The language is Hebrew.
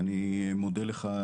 אני מודה לך,